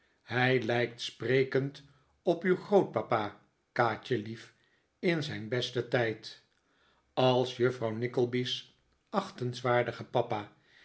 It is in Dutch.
hij lijkt sprekend op uw grootpapa kaatjelief in zijn besten tijd als juffrouw nickleby's achtenswaardige papa